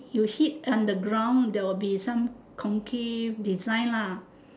you hit on the ground there will be some concave design lah